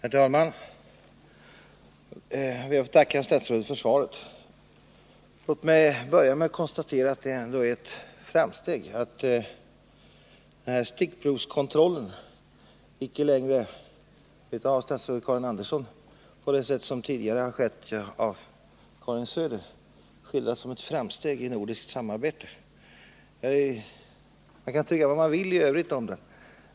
Herr talman! Jag ber att få tacka statsrådet för svaret. Låt mig börja med att konstatera att det ändå är ett framsteg att den här stickprovskontrollen icke längre av statsrådet Karin Andersson — på det sätt som tidigare skett av Karin Söder — skildras som ett framsteg i nordiskt samarbete. Man kan tycka vad man vill i övrigt om den.